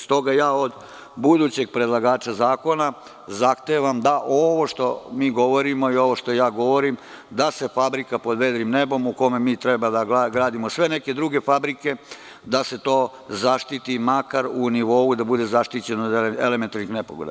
Stoga, od budućeg predlagača zakona zahtevam da ovo što mi govorimo i ovo što ja govorim da se fabrika pod vedrim nebom u kome mi treba da gradimo sve neke druge fabrike, da se to zaštiti makar u nivou da bude zaštićeno od elementarnih nepogoda.